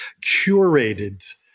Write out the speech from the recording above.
curated